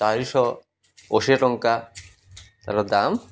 ଚାରିଶହ ଅଶୀ ଟଙ୍କା ତାର ଦାମ୍